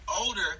older